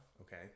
Okay